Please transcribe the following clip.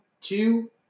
two